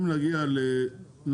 אם נגיע לנוסח